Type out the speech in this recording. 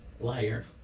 Liar